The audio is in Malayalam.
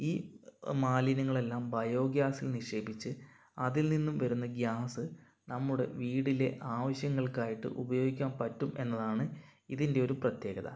ഈ മാലിന്യങ്ങളെല്ലാം ബയോഗ്യാസിൽ നിക്ഷേപിച്ച് അതിൽ നിന്നും വരുന്ന ഗ്യാസ് നമ്മുടെ വീടിലെ ആവശ്യങ്ങൾക്കായിട്ട് ഉപയോഗിക്കാൻ പറ്റും എന്നതാണ് ഇതിൻ്റെ ഒരു പ്രത്യേകത